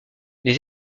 les